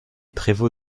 prévôt